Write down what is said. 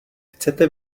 chcete